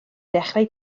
dechrau